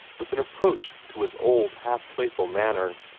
with an approach to his old, half-playful manner.